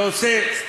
שעושה,